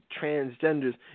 transgenders